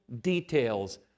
details